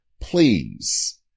please